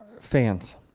fans